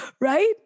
Right